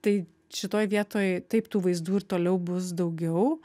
tai šitoj vietoj taip tų vaizdų ir toliau bus daugiau